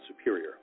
superior